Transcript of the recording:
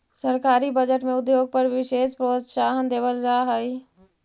सरकारी बजट में उद्योग पर विशेष प्रोत्साहन देवल जा हई